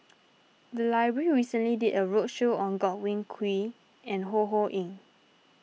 the library recently did a roadshow on Godwin Koay and Ho Ho Ying